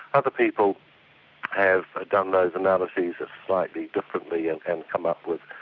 other people have done those analyses ah slightly differently and and come up with,